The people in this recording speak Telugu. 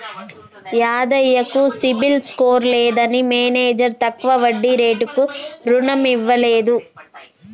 యాదయ్య కు సిబిల్ స్కోర్ లేదని మేనేజర్ తక్కువ వడ్డీ రేటుకు రుణం ఇవ్వలేదు